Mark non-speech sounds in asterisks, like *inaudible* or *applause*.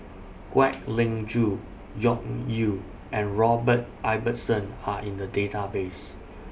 Kwek Leng Joo *unintelligible* Yew and Robert Ibbetson Are in The Database